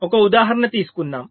ఒక ఉదాహరణ తీసుకుందాం